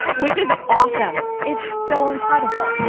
which is awesome. it's so incredible. yeah.